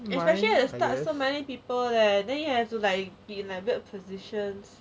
especially at the start so many people leh then you have in that positions